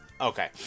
Okay